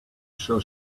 sure